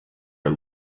are